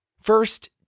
First